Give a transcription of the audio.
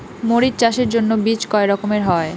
মরিচ চাষের জন্য বীজ কয় রকমের হয়?